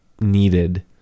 needed